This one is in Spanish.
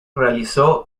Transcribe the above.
realizó